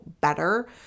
better